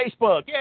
Facebook